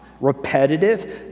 Repetitive